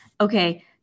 okay